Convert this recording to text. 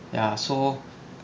ya so